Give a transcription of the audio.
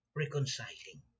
reconciling